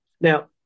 Now